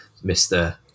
Mr